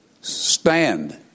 Stand